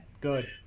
Good